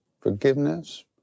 forgiveness